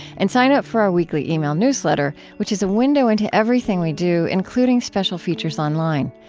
and sign up for our weekly email newsletter, which is a window into everything we do, including special features on-line.